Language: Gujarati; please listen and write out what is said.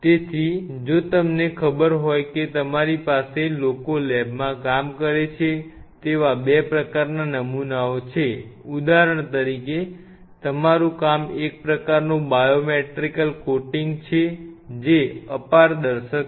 તેથી જો તમને ખબર હોય કે તમારી પાસે લોકો લેબમાં કામ કરે છે તેવા બે પ્રકારના નમૂનાઓ છે ઉદાહરણ તરીકે તમારું કામ એક પ્રકારનું બાયોમેટ્રિયલ કોટિંગ છે જે અપારદર્શક છે